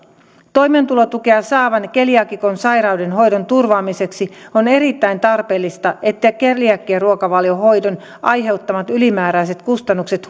toimeentulotukea saavan keliaakikon sairauden hoidon turvaamiseksi on erittäin tarpeellista että keliakiaruokavaliohoidon aiheuttamat ylimääräiset kustannukset